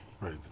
Right